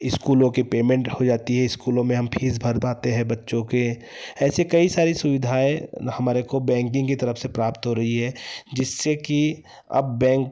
स्कूलों की पेमेंट हो जाती है स्कूलों में हम फीस भर पाते हैं बच्चों के ऐसे कई सारी सुविधाएँ हमारे को बैंकिंग की तरफ से प्राप्त हो रही है जिससे कि अब बैंक